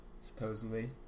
supposedly